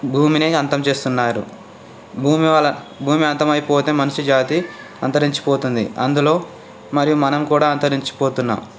భూమిని అంతం చేస్తున్నారు భూమి వలన భూమి అంతమైపోతే మనిషి జాతి అంతరించిపోతుంది అందులో మరియు మనం కూడా అంతరించిపోతున్నాం